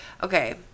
Okay